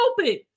open